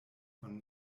von